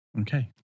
Okay